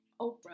oprah